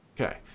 Okay